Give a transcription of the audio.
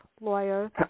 Lawyer